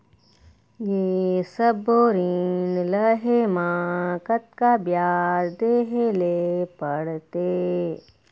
ये सब्बो ऋण लहे मा कतका ब्याज देहें ले पड़ते?